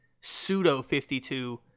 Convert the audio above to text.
pseudo-52